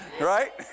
right